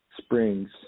Springs